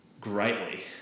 greatly